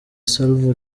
salva